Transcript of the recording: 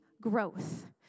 growth